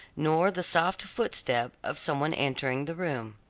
nor the soft footstep of some one entering the room.